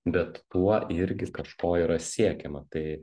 bet tuo irgi kažko yra siekiama tai